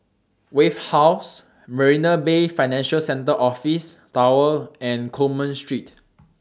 Wave House Marina Bay Financial Centre Office Tower and Coleman Street